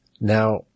Now